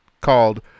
called